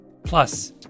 Plus